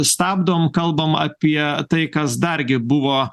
stabdom kalbam apie tai kas dargi buvo